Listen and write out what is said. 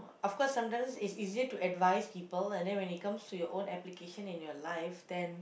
of course sometimes it's easier to advise people and then when it comes to your own application in your life then